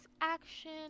action